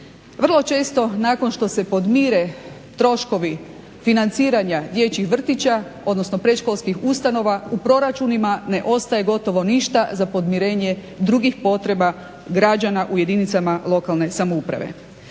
Vrlo često nakon što se podmire troškovi financiranja dječjih vrtića odnosno predškolskih ustanova u proračunima ne ostaje gotovo ništa za podmirenje drugih potreba građana u jedinicama lokalne samouprave.